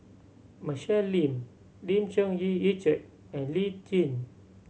Michelle Lim Lim Cherng Yih Richard and Lee Tjin